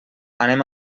anem